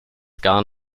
gar